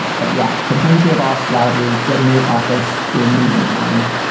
but yeah, complain to your boss loudly. get a new office in the meantime.